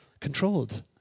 controlled